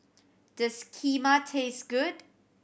does Kheema taste good